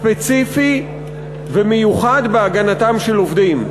ספציפי ומיוחד בהגנתם של עובדים,